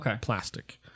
Plastic